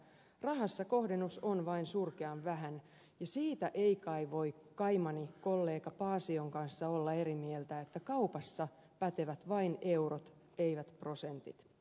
rahassa kohdennus on vain surkean vähän ja siitä ei kai voi kaimani kollega paasion kanssa olla eri mieltä että kaupassa pätevät vain eurot eivät prosentit